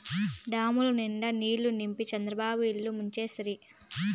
డాముల నిండా నీళ్ళు నింపి చంద్రబాబు ఇల్లు ముంచేస్తిరి